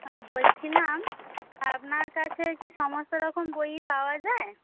হ্যাঁ বলছিলাম আপনার কাছে কি সমস্ত রকম বইই পাওয়া যায়